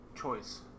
choice